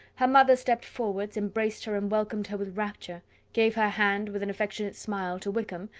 her mother stepped forwards, embraced her, and welcomed her with rapture gave her hand, with an affectionate smile, to wickham,